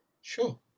Sure